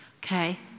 Okay